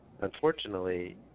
Unfortunately